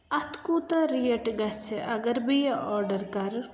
اَتھ کوٗتاہ ریٹ گَژھِ اَگَر بہٕ یہِ آرڈَر کَرٕ